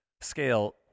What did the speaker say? scale